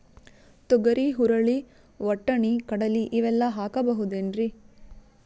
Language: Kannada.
ತೊಗರಿ, ಹುರಳಿ, ವಟ್ಟಣಿ, ಕಡಲಿ ಇವೆಲ್ಲಾ ಹಾಕಬಹುದೇನ್ರಿ?